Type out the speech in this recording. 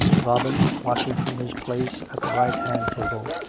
robin, watching from his place at the right-hand table,